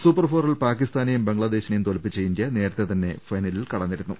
super ഫോറിൽ പാക്കിസ്ഥാനെയും ബംഗ്ലാദേശിനെയും തോൽപ്പിച്ച ഇന്ത്യ നേരത്തെ ഫൈനലിൽ കടന്നിരുന്നു